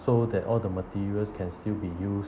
so that all the materials can still be use~